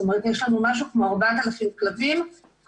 זאת אומרת יש לנו משהו כמו 4,000 כלבים שכל